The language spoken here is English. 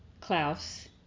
Klaus